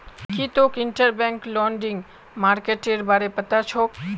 की तोक interbank lending मार्केटेर बारे पता छोक